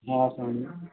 हँ शाममे